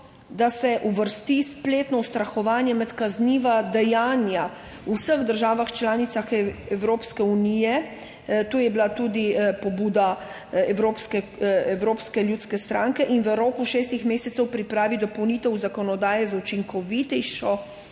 da se uvrsti spletno ustrahovanje med kazniva dejanja v vseh državah članicah Evropske unije – to je bila tudi pobuda Evropske ljudske stranke – in v roku šestih mesecev pripravi dopolnitev zakonodaje za učinkovitejšo